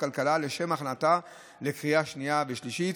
הכלכלה לשם הכנתה לקריאה שנייה ושלישית.